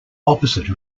opposite